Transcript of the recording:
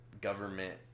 government